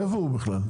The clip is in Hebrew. איפה הוא בכלל?